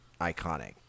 iconic